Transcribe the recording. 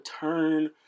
turn